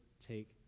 take